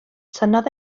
tynnodd